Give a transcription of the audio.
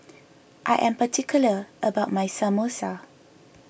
I am particular about my Samosa